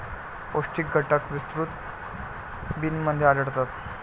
पौष्टिक घटक विस्तृत बिनमध्ये आढळतात